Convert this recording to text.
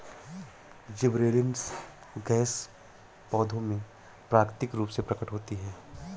gibberellins gas पौधों में प्राकृतिक रूप से प्रकट होती है